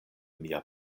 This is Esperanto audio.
mia